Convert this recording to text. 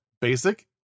Basic